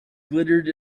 glittered